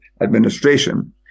administration